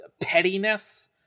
pettiness